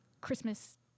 Christmas